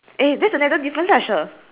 cream ah mine is next to the boy's face